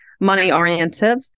money-oriented